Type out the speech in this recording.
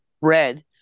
red